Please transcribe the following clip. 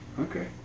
Okay